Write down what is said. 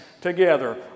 together